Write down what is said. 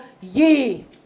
ye